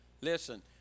Listen